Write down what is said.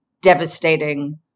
devastating